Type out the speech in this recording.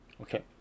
Okay